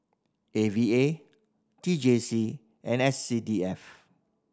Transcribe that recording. A V A T J C and S C D F